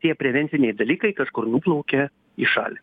tie prevenciniai dalykai kažkur nuplaukia į šalį